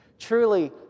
Truly